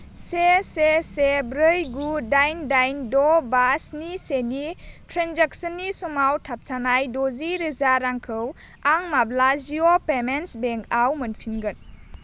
से से से ब्रै गु दाइन दाइन द' बा स्नि सेनि ट्रेन्जेकसननि समाव थाबथानाय द'जिरोजा रांखौ आं माब्ला जिअ' पेमेन्टस बेंक आव मोनफिनगोन